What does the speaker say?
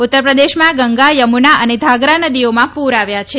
ઉત્તરપ્રદેશમાં ગંગા યમુના અને ધાગરા નદીઓમાં પૂર આવ્યા છે